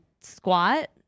squat